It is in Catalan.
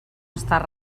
estar